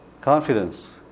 confidence